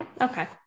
Okay